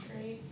Great